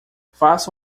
faça